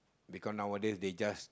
because nowadays they just